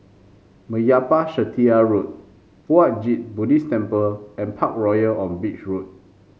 Meyappa Chettiar Road Puat Jit Buddhist Temple and Parkroyal on Beach Road